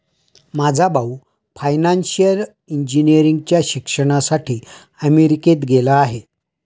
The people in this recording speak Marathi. माझा भाऊ फायनान्शियल इंजिनिअरिंगच्या शिक्षणासाठी अमेरिकेला गेला आहे